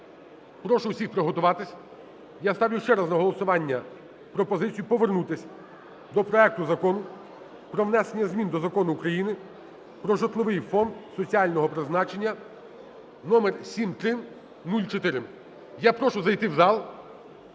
Прошу всіх приготуватись. Я ставлю ще раз на голосування пропозицію повернутися до проекту Закону про внесення змін до Закону України "Про житловий фонд соціального призначення" (№ 7304). Я прошу зайти в зал,